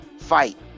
fight